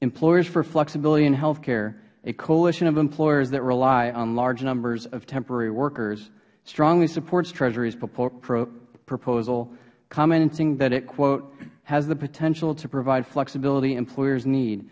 employers for flexibility in health care a coalition of employers that rely on large numbers of temporary workers strongly supports treasurys proposal commenting that it has the potential to provide flexibility employers need